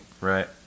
right